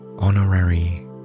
Honorary